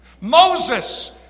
Moses